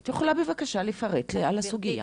את יכולה בבקשה לפרט לי אודות הסוגייה?